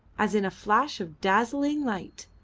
as in a flash of dazzling light,